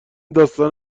داستان